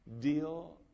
deal